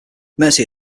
mercy